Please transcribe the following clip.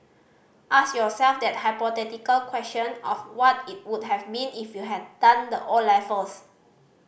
ask yourself that hypothetical question of what it would have been if you had done the O levels